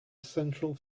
central